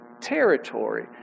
territory